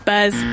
Buzz